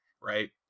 Right